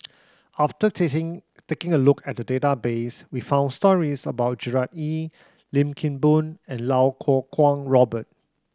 after taking taking a look at the database we found stories about Gerard Ee Lim Kim Boon and Iau Kuo Kwong Robert